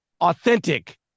authentic